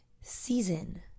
season